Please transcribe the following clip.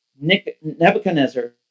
Nebuchadnezzar